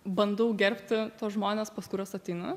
bandau gerbti tuos žmones pas kuriuos ateinu